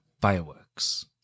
Fireworks